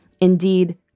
Indeed